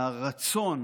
לרצון